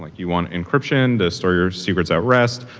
like you want encryption to store your secrets at rest.